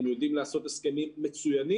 הם יודעים לעשות הסכמים מצוינים,